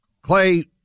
Clay